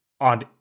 on